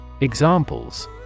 Examples